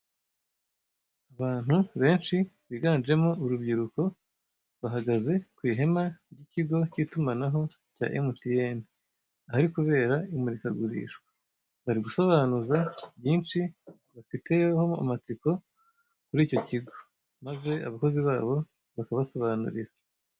Abantu benshi biganjemo urubyiruko bahagaze ku ihema ry'ikigo k'itumanaho cya emutiyene ahari kubera imurikagurishwa, bari gusobanuza byinshi bafitiyeho amatsiko muri icyo kigo maze abakozi baho bakabasobanurira.